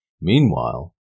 Meanwhile